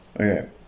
Okay